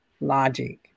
logic